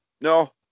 No